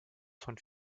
von